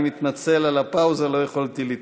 אני מתנצל על הפאוזה, לא יכולתי להתאפק.